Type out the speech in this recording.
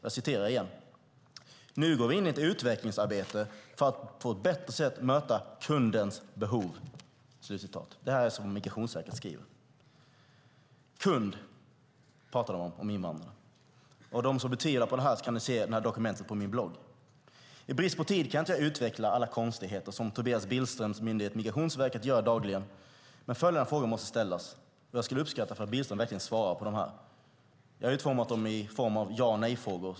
Jag läser igen: Nu går vi in i ett utvecklingsarbete för att på ett bättre sätt möta kundens behov. Så skriver man alltså på Migrationsverket. De pratar om invandrare som kunder. De som tvivlar på detta kan se dokumentet på min blogg. I brist på tid kan jag inte utveckla alla konstigheter som Tobias Billströms myndighet Migrationsverket gör dagligen, men följande frågor måste ställas. Jag skulle uppskatta om Billström verkligen svarar på dem. De är i form av ja och nej-frågor.